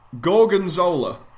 Gorgonzola